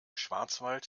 schwarzwald